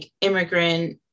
immigrant